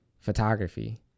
photography